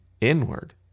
inward